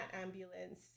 ambulance